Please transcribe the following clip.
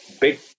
big